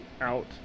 out